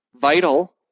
vital